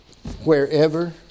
Wherever